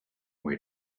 way